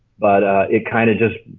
but it kind of just,